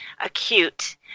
acute